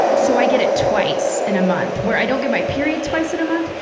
so i get it twice in a month, where i don't get my period twice in a month,